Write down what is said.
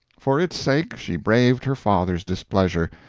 for its sake she braved her father's displeasure,